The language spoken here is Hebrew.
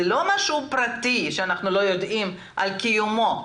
זה לא משהו פרטי שאנחנו לא יודעים על קיומו.